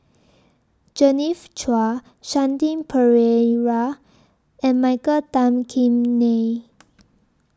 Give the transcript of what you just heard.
Genevieve Chua Shanti Pereira and Michael Tan Kim Nei